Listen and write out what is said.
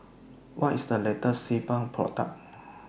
What IS The latest Sebamed Product